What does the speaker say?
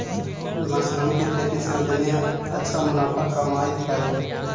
mushroom के खेती से उद्यमी अच्छा मुनाफा कमाइत हइ